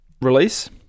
release